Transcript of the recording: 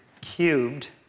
cubed